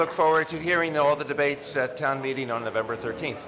look forward to hearing all the debates set town meeting on november thirteenth